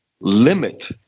limit